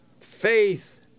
Faith